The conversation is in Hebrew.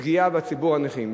פגיעה בציבור הנכים,